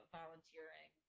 volunteering